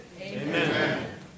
Amen